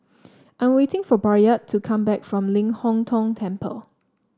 I am waiting for Bayard to come back from Ling Hong Tong Temple